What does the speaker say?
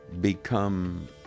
become